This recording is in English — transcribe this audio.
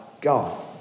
God